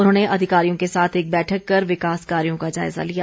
उन्होंने अधिकारियों के साथ एक बैठक कर विकास कार्यों का जायजा लिया